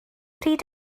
pryd